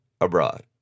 abroad